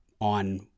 on